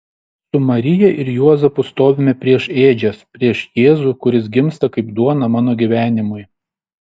su marija ir juozapu stovime prieš ėdžias prieš jėzų kuris gimsta kaip duona mano gyvenimui